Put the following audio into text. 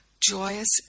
Joyous